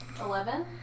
Eleven